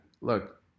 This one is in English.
Look